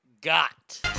got